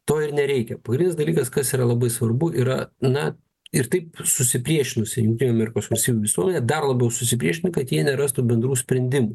to ir nereikia pagrindinis dalykas kas yra labai svarbu yra na ir taip susipriešinusi jungtinių amerikos valstijų visuomenė dar labiau susipriešintų kad jie nerastų bendrų sprendimų